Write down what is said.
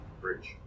bridge